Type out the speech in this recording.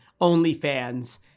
OnlyFans